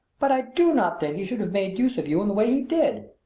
but i do not think he should have made use of you in the way he did.